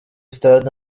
stade